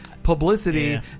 Publicity